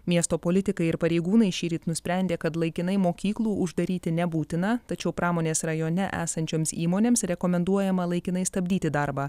miesto politikai ir pareigūnai šįryt nusprendė kad laikinai mokyklų uždaryti nebūtina tačiau pramonės rajone esančioms įmonėms rekomenduojama laikinai stabdyti darbą